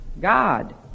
God